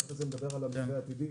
ואחרי זה נדבר על המתווה העתידי,